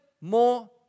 more